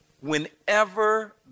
Whenever